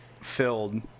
filled